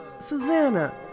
Susanna